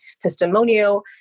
testimonial